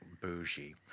bougie